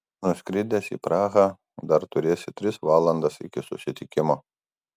nuskridęs į prahą dar turėsi tris valandas iki susitikimo